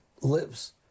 lives